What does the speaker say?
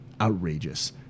outrageous